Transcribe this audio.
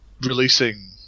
releasing